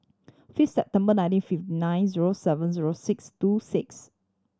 fifth December nineteen fifty nine zero seven zero six two six